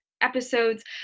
episodes